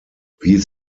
wie